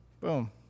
Boom